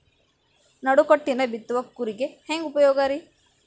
ನಡುಕಟ್ಟಿನ ಬಿತ್ತುವ ಕೂರಿಗೆ ಹೆಂಗ್ ಉಪಯೋಗ ರಿ?